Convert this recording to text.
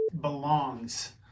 belongs